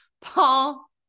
Paul